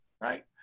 right